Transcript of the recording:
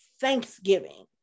Thanksgiving